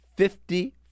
Fifty